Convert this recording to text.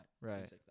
Right